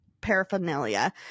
paraphernalia